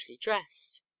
dressed